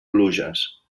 pluges